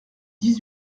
dix